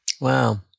Wow